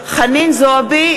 זועבי,